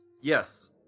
Yes